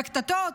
בקטטות,